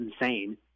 insane